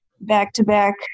back-to-back